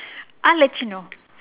I let you know